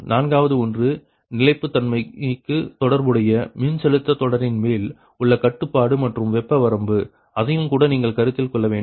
நான்காவது ஒன்று நிலைப்புத்தன்மைக்கு தொடர்புடைய மின்செலுத்த தொடரின்மேல் உள்ள கட்டுப்பாடு மற்றும் வெப்ப வரம்பு அதையும்கூட நீங்கள் கருத்தில் கொள்ள வேண்டும்